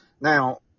Now